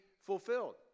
fulfilled